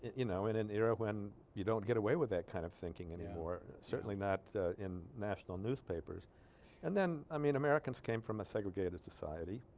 you know in an era when you don't get away with that kind of thinking anymore certainly not in national newspapers and then i mean americans came from a segregated society